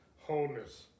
wholeness